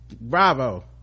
bravo